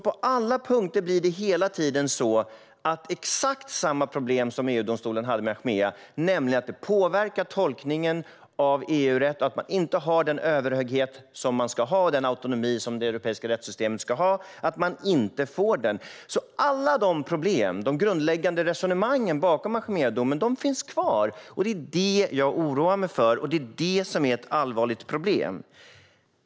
På alla punkter blir det hela tiden exakt samma problem som EU-domstolen hade med Achmea, nämligen att tolkningen av EU-rätten påverkas och att det europeiska rättssystemet inte får den överhöghet och autonomi som det ska ha. Alla problem och grundläggande resonemang bakom Achmeadomen finns kvar, och det är detta jag oroar mig för och som är ett allvarligt problem.